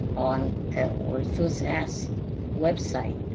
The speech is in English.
on kenilworth suzanne's website